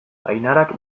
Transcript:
ainarak